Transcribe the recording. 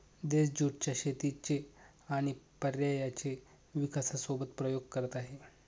देश ज्युट च्या शेतीचे आणि पर्यायांचे विकासासोबत प्रयोग करत आहे